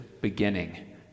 beginning